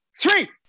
Three